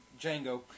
Django